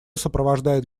сопровождает